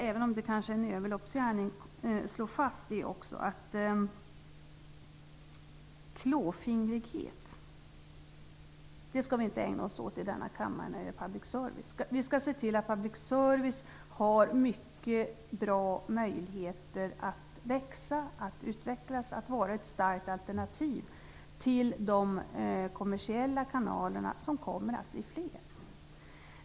Även om det är en överloppsgärning vill jag slå fast att vi inte skall ägna oss åt klåfingrighet i denna kammare när det gäller public service-verksamheten. Vi skall se till att public service-företaget har mycket bra möjligheter att växa, utvecklas och vara ett starkt alternativ till de kommersiella kanalerna, som kommer att bli fler.